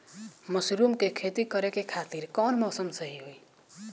Mushroom के खेती करेके खातिर कवन मौसम सही होई?